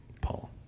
Paul